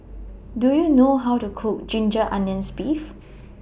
Do YOU know How to Cook Ginger Onions Beef